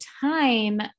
time